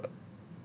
err